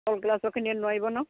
তল ক্লাছৰখিনিয়ে নোৱাৰিব নহ্